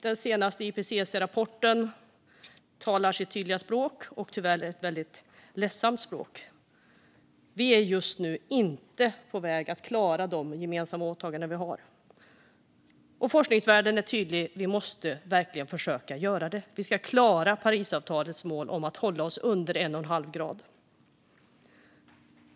Den senaste IPCC-rapporten talar sitt tydliga språk - och tyvärr ett väldigt ledsamt språk: Vi är just nu inte på väg att klara de gemensamma åtaganden vi har. Forskarvärlden är också tydlig med att vi verkligen måste försöka göra det. Vi måste klara Parisavtalets mål att hålla oss under 1,5 grader.